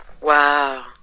Wow